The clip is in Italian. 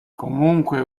comunque